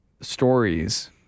stories